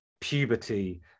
puberty